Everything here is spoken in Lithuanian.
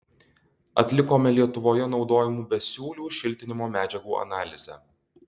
atlikome lietuvoje naudojamų besiūlių šiltinimo medžiagų analizę